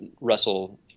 Russell